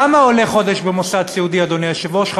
כמה עולה חודש במוסד סיעודי, אדוני היושב-ראש?